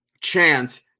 chance